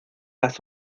las